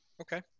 Okay